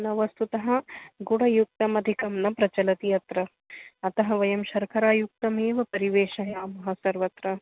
न वस्तुतः गुढयुक्तम् अधिकं न प्रचलति अत्र अतः वयं शर्करायुक्तम् एव परिवेषयामः सर्वत्र